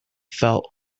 felt